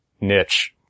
niche